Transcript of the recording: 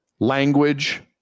language